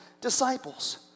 disciples